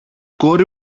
κόρη